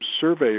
survey